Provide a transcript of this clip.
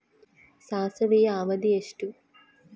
ಸಾಸಿವೆಯ ಅವಧಿ ಎಷ್ಟು?